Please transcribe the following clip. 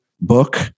book